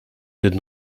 did